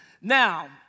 Now